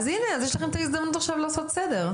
אז הנה, אז יש לכם את ההזדמנות עכשיו לעשות סדר.